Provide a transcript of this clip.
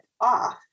off